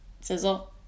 Sizzle